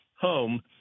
home